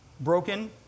broken